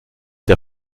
der